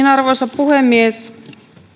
arvoisa puhemies